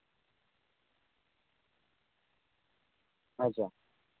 ᱟᱪᱪᱷᱟ